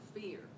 fear